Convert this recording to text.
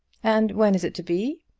and when is it to be?